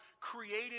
created